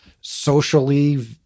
socially